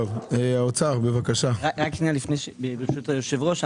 ברשות יושב הראש,